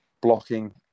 blocking